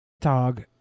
Dog